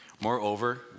Moreover